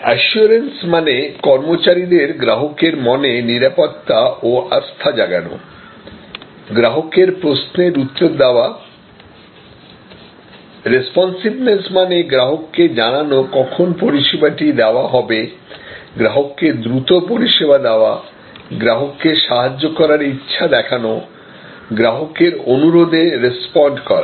assurance মানে কর্মচারীদের গ্রাহকের মনে নিরাপত্তা ও আস্থা জাগানো গ্রাহকের প্রশ্নের উত্তর দেওয়া রেস্পন্সিভনেস মানে গ্রাহককে জানানো কখন পরিষেবা টি দেওয়া হবে গ্রাহককে দ্রুত পরিষেবা দেওয়া গ্রাহককে সাহায্য করার ইচ্ছা দেখানো গ্রাহকের অনুরোধে রেস্পন্ড করা